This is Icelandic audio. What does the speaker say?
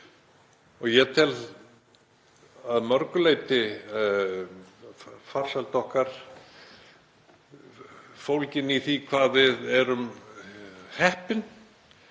Ég tel að mörgu leyti farsæld okkar fólgna í því hvað við erum heppin.